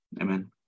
Amen